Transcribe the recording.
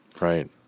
right